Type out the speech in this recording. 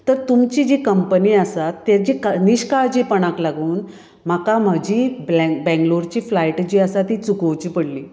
तर तुमची जी कंपनी आसा तेजी निश्काळजीपणाक लागून म्हाका म्हजी बंग बंगलोरची फ्लायट जी आसा ती चुकोवची पडली